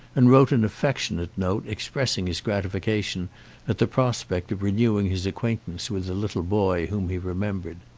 and wrote an affectionate note expressing his gratification at the prospect of renewing his acquaintance with the little boy whom he remembered.